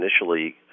initially